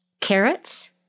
carrots